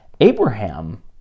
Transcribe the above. Abraham